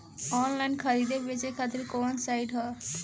Online खरीदे बेचे खातिर कवन साइड ह?